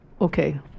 okay